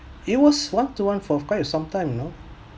it was one to one for quite a some time you know